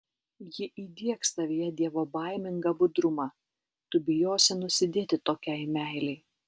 ji įdiegs tavyje dievobaimingą budrumą tu bijosi nusidėti tokiai meilei